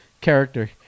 character